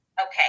Okay